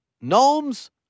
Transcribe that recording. Gnomes